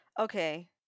Okay